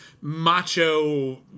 macho